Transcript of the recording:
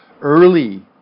early